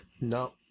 No